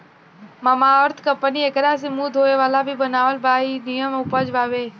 Mamaearth company एकरा से मुंह धोए वाला भी बनावत बा इ निमन उपज बावे